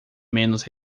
menos